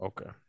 okay